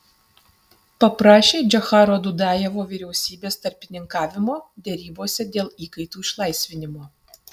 paprašė džocharo dudajevo vyriausybės tarpininkavimo derybose dėl įkaitų išlaisvinimo